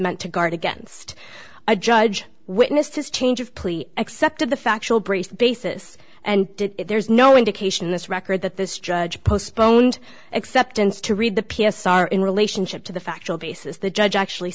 meant to guard against a judge witnessed his change of plea accepted the factual braced basis and there's no indication in this record that this judge postponed acceptance to read the p s r in relationship to the factual basis the judge actually